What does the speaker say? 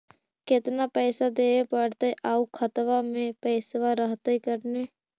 केतना पैसा देबे पड़तै आउ खातबा में पैसबा रहतै करने?